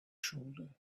shoulder